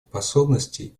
способности